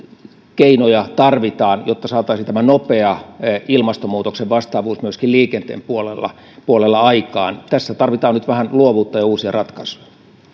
keinoja tarvitaan jotta saataisiin nopea ilmastonmuutokseen vastaavuus myöskin liikenteen puolella puolella aikaan tässä tarvitaan nyt vähän luovuutta ja uusia ratkaisuja